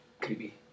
creepy